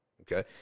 okay